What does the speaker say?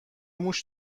موش